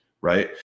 right